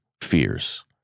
fears